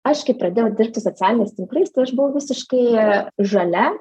aš kai pradėjau dirbti socialiniais tinklais tai aš buvau visiškai žalia